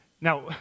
Now